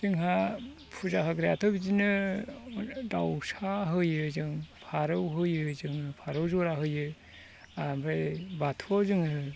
जोंहा फुजा होग्रायाथ' बिदिनो दाउसा होयो जों फारौ होयो जों फारौ जरा होयो आमफ्राय बाथौआव जोङो